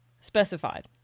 specified